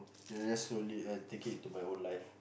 then that's so late and I take into my own life